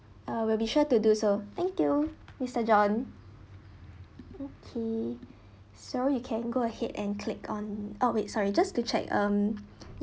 uh we'll be sure to do so thank you mister john okay so you can go ahead and click on oh wait sorry just to check um